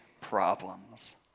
problems